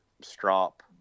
strop